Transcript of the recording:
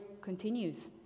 continues